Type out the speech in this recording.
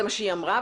זה מה שהיא אמרה,